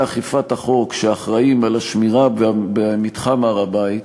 אכיפת החוק שאחראים לשמירה במתחם הר-הבית